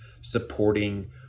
supporting